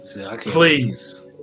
please